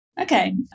Okay